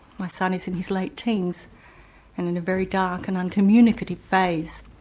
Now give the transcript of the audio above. my son is in his late teens and in a very dark and uncommunicative phase.